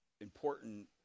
important